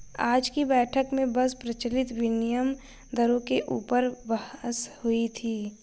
आज की बैठक में बस प्रचलित विनिमय दरों के ऊपर बहस हुई थी